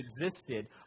existed